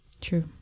True